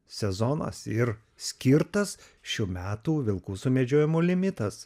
sezonas ir skirtas šių metų vilkų sumedžiojimo limitas